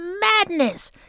madness